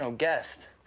so guest.